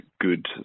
good